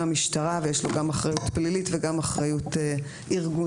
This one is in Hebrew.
המשטרה ויש לו גם אחריות פלילית וגם אחריות ארגונית.